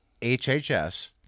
HHS